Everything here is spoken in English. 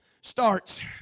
starts